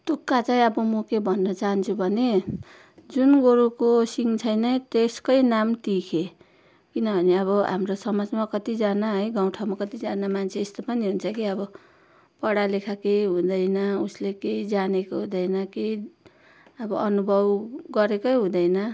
तुक्का चाहिँ अब म के भन्न चाहन्छु भने जुन गोरुको सिङ छैन त्यसकै नाम तिखे किनभने अब हाम्रो समाजमा कतिजना है गाउँ ठाउँमा कतिजना मान्छे यस्तो पनि हुन्छ कि अब पढालिखा केही हुँदैन उसले केही जानेको हुँदैन कि अब अनुभव गरेकै हुँदैन